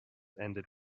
ended